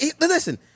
Listen